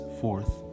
Fourth